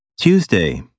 Tuesday